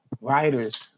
writers